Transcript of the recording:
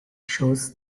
shows